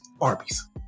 Arby's